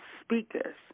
speakers